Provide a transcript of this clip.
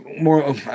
more